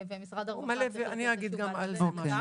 ומשרד הרווחה צריך לתת את התשובה לכך.